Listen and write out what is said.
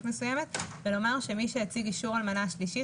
מסוימת ולומר שמי שהציג אישור על מנה שלישית,